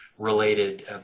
related